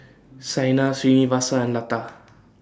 Saina Srinivasa and Lata